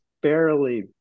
barely